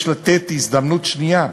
יש לתת הזדמנות שנייה,